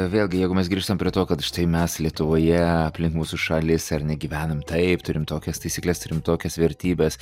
vėlgi jeigu mes grįžtam prie to kad štai mes lietuvoje aplink mūsų šalis ar ne gyvenam taip turim tokias taisykles turim tokias vertybes